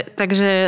takže